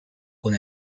con